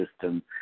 system